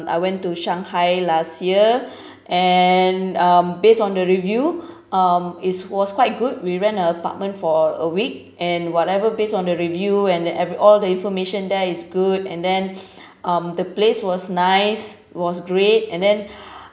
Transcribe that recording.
I went to shanghai last year and um based on the review um it's was quite good we rent a apartment for a week and whatever based on the review and the every all the information there is good and then um the place was nice was great and then